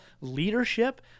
leadership –